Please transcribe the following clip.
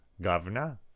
Governor